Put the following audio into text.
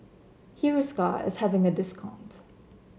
Hiruscar is having a discount